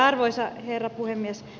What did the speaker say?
arvoisa herra puhemies